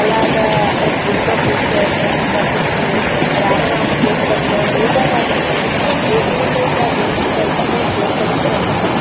అలాగా అక్కడ గుళ్ళో కూర్చోవటం కాసేపు రామ నామ కీర్తనలు లేదా వాళ్ళకి మనసులో ఏ దేవుడు అయితే ఆ దేవుడిని తలుచుకొని కీర్తనలు చెప్పడం